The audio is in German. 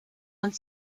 und